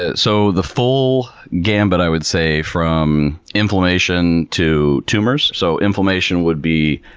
ah so, the full gambit i would say, from inflammation to tumors. so, inflammation would be